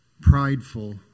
prideful